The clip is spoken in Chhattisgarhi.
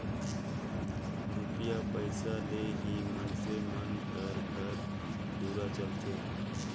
रूपिया पइसा ले ही मइनसे मन कर घर दुवार चलथे